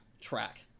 track